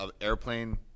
airplane